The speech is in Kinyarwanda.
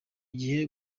gihe